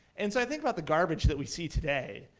and so i think about the garbage that we see today.